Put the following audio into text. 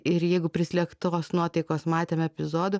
ir jeigu prislėgtos nuotaikos matėm epizodų